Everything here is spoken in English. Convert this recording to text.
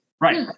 Right